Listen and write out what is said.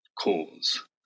cause